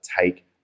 take